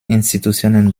institutionen